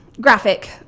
graphic